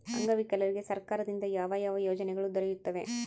ಅಂಗವಿಕಲರಿಗೆ ಸರ್ಕಾರದಿಂದ ಯಾವ ಯಾವ ಯೋಜನೆಗಳು ದೊರೆಯುತ್ತವೆ?